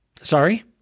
Sorry